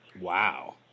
Wow